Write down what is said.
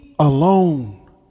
Alone